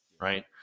right